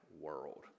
world